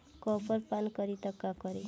Copper पान करी त का करी?